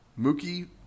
Mookie